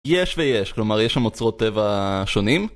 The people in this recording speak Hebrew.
יש ויש, כלומר יש שם אוצרות טבע שונים